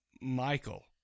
Michael